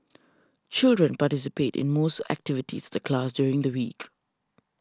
children participate in most activities of the class during the week